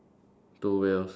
two wheels